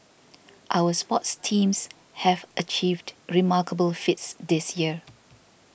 our sports teams have achieved remarkable feats this year